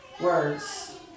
words